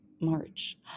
March